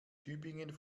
tübingen